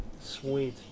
Sweet